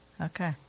Okay